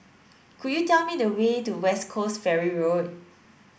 could you tell me the way to West Coast Ferry Road